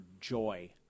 joy